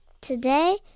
Today